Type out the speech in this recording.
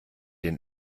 den